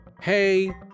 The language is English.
hey